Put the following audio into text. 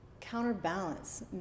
counterbalance